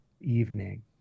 evening